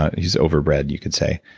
he's overbred, you could say.